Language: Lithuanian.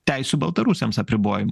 teisių baltarusiams apribojimo